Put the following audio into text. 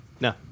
No